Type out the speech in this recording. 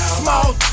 small